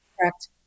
Correct